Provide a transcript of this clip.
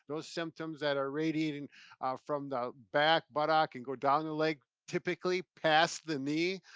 those symptoms that are radiating from the back, buttock and go down the leg, typically past the knee,